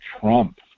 Trump